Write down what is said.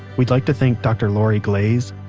we'd like to thank dr. lori glaze,